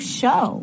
show